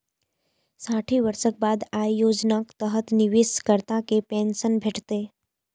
साठि वर्षक बाद अय योजनाक तहत निवेशकर्ता कें पेंशन भेटतै